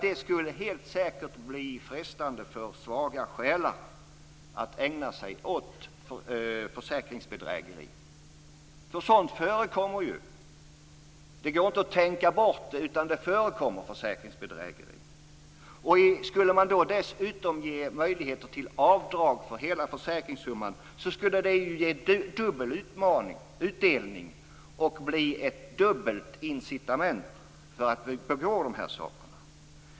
Det skulle helt säkert bli frestande för svaga själar att ägna sig åt försäkringsbedrägeri. Sådant förekommer ju. Det går inte att tänka bort. Det förekommer försäkringsbedrägeri. Skulle man dessutom ge möjligheter till avdrag för hela försäkringssumman skulle det ge dubbel utdelning och bli ett dubbelt incitament för att begå dessa bedrägerier.